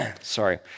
sorry